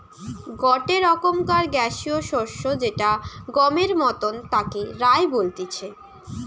গটে রকমকার গ্যাসীয় শস্য যেটা গমের মতন তাকে রায় বলতিছে